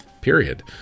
period